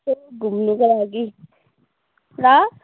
यसो घुम्नुको लागि ल